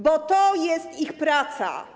Bo to jest ich praca.